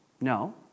No